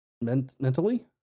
mentally